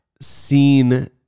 seen